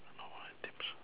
normal items